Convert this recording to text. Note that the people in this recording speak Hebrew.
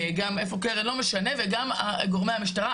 וגם את גורמי המשטרה.